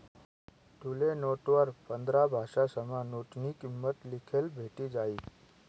तुले नोटवर पंधरा भाषासमा नोटनी किंमत लिखेल भेटी जायी